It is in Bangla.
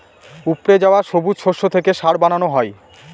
উপড়ে যাওয়া সবুজ শস্য থেকে সার বানানো হয়